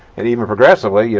and even progressively, yeah